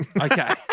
Okay